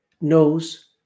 knows